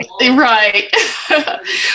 right